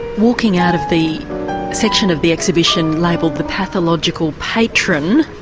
walking out of the section of the exhibition labelled the pathological patron